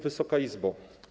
Wysoka Izbo!